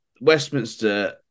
Westminster